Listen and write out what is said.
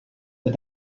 but